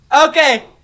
Okay